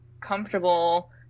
comfortable